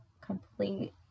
complete